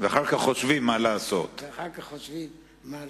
ואחר כך חושבים מה לעשות.